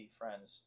friends